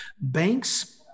banks